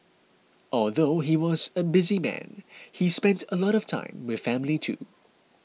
although he was a busy man he spent a lot of time with family too